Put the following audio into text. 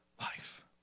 life